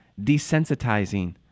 desensitizing